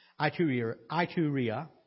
Ituria